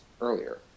earlier